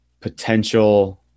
potential